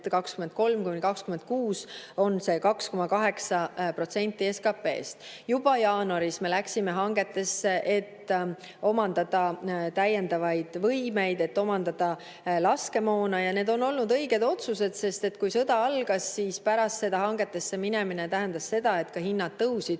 2023–2026 on see 2,8% SKP‑st. Juba jaanuaris me läksime hangetesse, et omandada täiendavaid võimeid, et omandada laskemoona. Need on olnud õiged otsused, sest kui sõda algas, siis pärast seda hangetesse minemine tähendas seda, et ka hinnad tõusid,